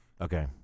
Okay